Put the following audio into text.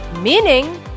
Meaning